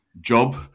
job